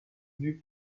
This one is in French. vue